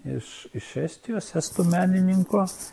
iš iš estijos estų menininko